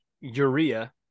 urea